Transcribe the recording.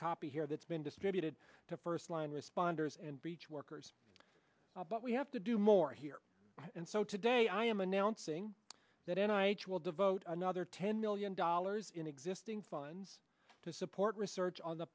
copy here that's been distributed to first line responders and beach workers but we have to do more here and so today i am announcing that and i will devote another ten million dollars in existing funds to support research on the